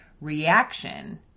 reaction